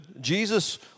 Jesus